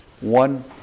one